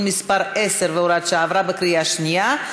מס' 10 והוראת שעה) עברה בקריאה שנייה.